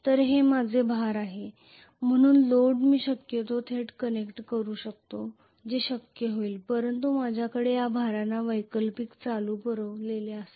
तर हे माझे भार आहे म्हणून लोड मी शक्यतो थेट कनेक्ट करू शकते जे शक्य होईल परंतु माझ्याकडे या भारांना वैकल्पिक करंट पुरवलेले असेल